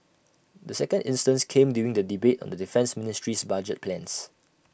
the second instance came during the debate on the defence ministry's budget plans